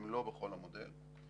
הם לא בכל המודל.